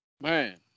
Man